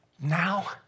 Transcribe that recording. Now